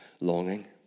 longing